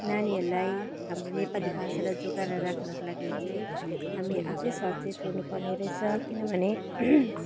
नानीहरूलाई हाम्रो नेपाली भाषालाई जोगाएर राख्नुको लागि चाहिँ हामी आफै सचेत हुनुपर्ने रहेछ किनभने